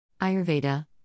Ayurveda